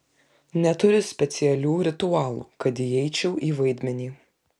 neturiu specialių ritualų kad įeičiau į vaidmenį